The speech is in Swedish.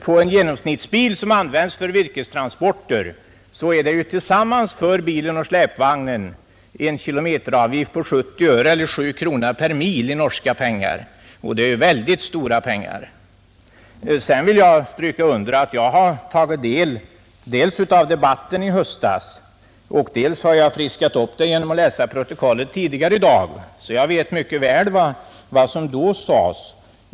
På en genomsnittsbil som används för virkestransporter är det för bilen och släpvagnen tillsammans en kilometeravgift på 70 öre, eller 7 norska kronor per mil, och det är en hög avgift. Jag minns debatten i höstas och jag har dessutom friskat upp mitt minne av den genom att tidigare i dag läsa protokollet, så jag vet mycket väl vad som då sades.